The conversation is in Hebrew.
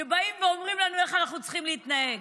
שבאים ואומרים לנו איך אנחנו צריכים להתנהג.